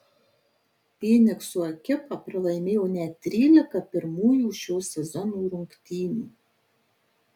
fynikso ekipa pralaimėjo net trylika pirmųjų šio sezono rungtynių